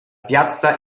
piazza